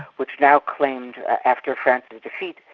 which now claimed, after france's defeat,